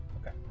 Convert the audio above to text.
Okay